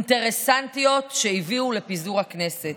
אינטרסנטיות, שהביאו לפיזור הכנסת.